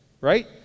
Right